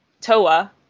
TOA